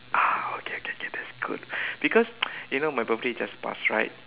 ah okay okay okay that's good because you know my birthday just passed right